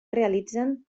realitzen